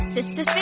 Sister